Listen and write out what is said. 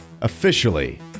Officially